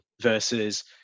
versus